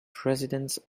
presidents